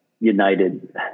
United